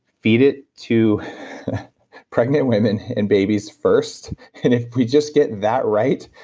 feed it to pregnant women and babies first. and if we just get that right,